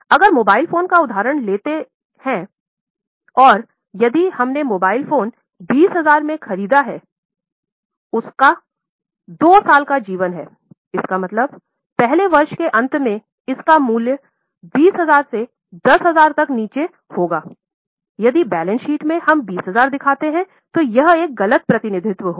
अगर mobile phone का उदाहरण लेते है यदि 20000 में मोबाइल फोन खरीदा गया है उसका 2 साल का जीवन है इसका मतलब है1 वर्ष के अंत में इसका मूल्य है 20000 से 10000 तक नीचे होग़ा यदि बैलेंस शीट में हम 20000 दिखाते हैं तो यह एक गलत प्रतिनिधित्व होगा